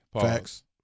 Facts